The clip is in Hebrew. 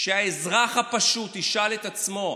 שהאזרח הפשוט ישאל את עצמו: